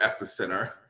epicenter